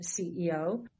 CEO